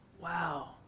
Wow